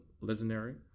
legendary